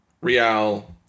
Real